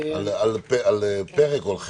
על פרק או על חלק.